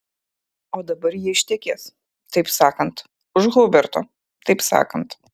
o dabar ji ištekės taip sakant už huberto taip sakant